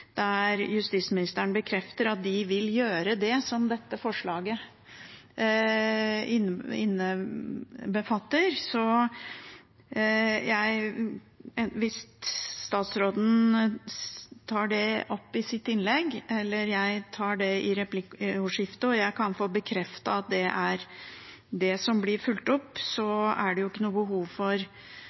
der justisministeren bekrefter at de vil gjøre det som dette forslaget innbefatter. Hvis statsråden tar det opp i sitt innlegg eller jeg tar det i replikkordskiftet og kan få bekreftet at det er det som blir fulgt opp, er det ikke behov for